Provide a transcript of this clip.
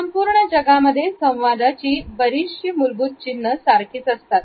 संपूर्ण जगामध्ये संवादाची बरीचशी मूलभूत चिन्ह सारखीच असतात